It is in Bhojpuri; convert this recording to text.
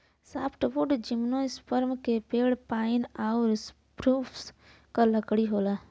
सॉफ्टवुड जिम्नोस्पर्म के पेड़ पाइन आउर स्प्रूस क लकड़ी होला